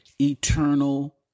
eternal